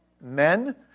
Men